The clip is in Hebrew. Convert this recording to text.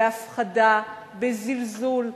בהפחדה, בזלזול,